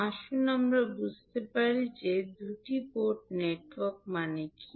আসুন আমরা বুঝতে পারি যে দুটি পোর্ট নেটওয়ার্ক কী